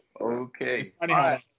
Okay